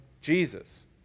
Jesus